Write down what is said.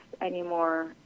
anymore